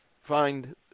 find